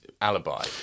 alibi